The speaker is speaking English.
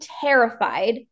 terrified